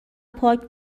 پاک